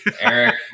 Eric